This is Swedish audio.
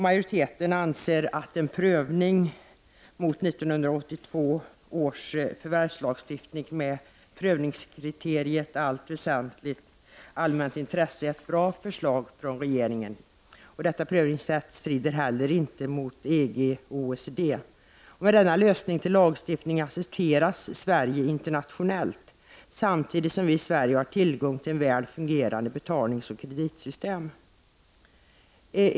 Majoriteten anser att en prövning mot 1982 års förvärvslagstiftning med prövningskriteriet väsentligt allmänt intresse är ett bra förslag från regeringen. Detta prövningssätt strider inte heller mot regler inom EG och OECD. Med denna lösning till lagstiftning accepteras Sverige internationellt, samtidigt som vi i Sverige har tillgång till ett väl fungerande betalningsoch kreditsystem.